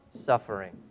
suffering